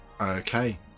Okay